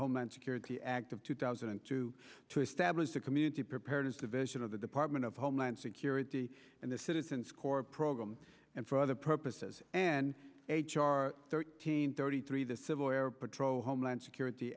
homeland security act of two thousand and two to establish a community preparedness division of the department of homeland security and the citizens corps program and for other purposes and h r thirteen thirty three the civil air patrol homeland security